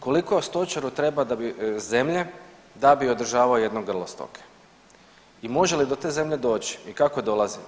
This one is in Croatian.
Koliko stočaru treba zemlje da bi održavao jedno grlo stoke i može li do te zemlje doći i kako dolazi?